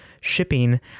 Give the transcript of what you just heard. shipping